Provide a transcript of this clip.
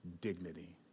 dignity